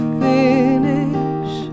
finish